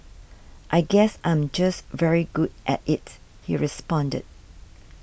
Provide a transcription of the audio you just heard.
I guess I'm just very good at it he responded